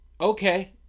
okay